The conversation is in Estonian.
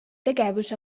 tegevus